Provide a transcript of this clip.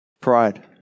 pride